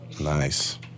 Nice